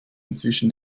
inzwischen